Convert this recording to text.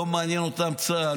לא מעניין אותם צה"ל,